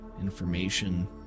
information